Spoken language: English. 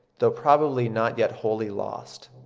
though probably not yet wholly lost.